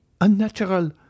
unnatural